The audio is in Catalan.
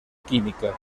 química